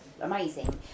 amazing